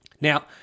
Now